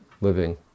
living